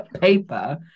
paper